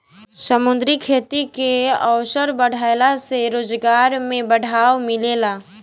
समुंद्री खेती के अवसर बाढ़ला से रोजगार में बढ़ावा मिलेला